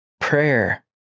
Prayer